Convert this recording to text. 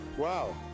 Wow